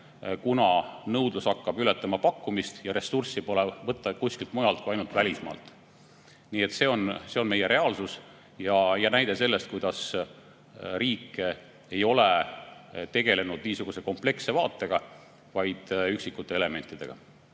kuna nõudlus hakkab ületama pakkumist ja ressurssi pole võtta kuskilt mujalt kui ainult välismaalt. See on meie reaalsus ja näide sellest, kuidas riik ei ole tegelenud kompleksse vaate [kujundamisega], vaid üksikute elementidega.